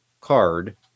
card